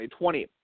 2020